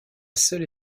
seule